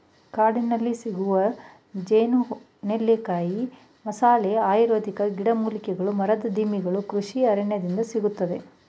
ಕಾಡಿನಲ್ಲಿಸಿಗುವ ಜೇನು, ನೆಲ್ಲಿಕಾಯಿ, ಮಸಾಲೆ, ಆಯುರ್ವೇದಿಕ್ ಗಿಡಮೂಲಿಕೆಗಳು ಮರದ ದಿಮ್ಮಿಗಳು ಕೃಷಿ ಅರಣ್ಯದಿಂದ ಸಿಗುತ್ತದೆ